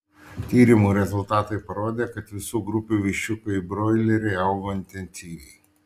tyrimų rezultatai parodė kad visų grupių viščiukai broileriai augo intensyviai